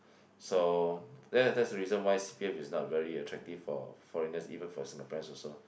so that's that's the reason why P_R is not very attractive for foreigners even for Singaporeans also